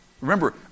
remember